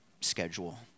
schedule